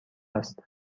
است